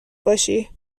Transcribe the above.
باشی